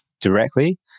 directly